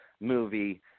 movie